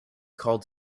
called